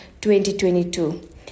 2022